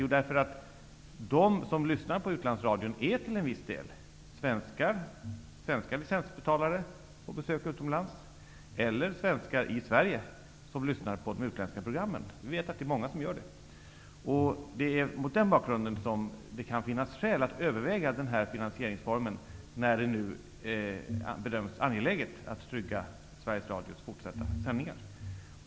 Jo, därför att de som lyssnar på utlandsradion till en viss del är svenska licensbetalare på besök utomlands eller svenskar i vi vet att det är många som gör det. Det är mot den bakgrunden som det kan finnas skäl att överväga den här finansieringsformen när det nu bedöms angeläget att trygga Sveriges Radios fortsatta sändningar.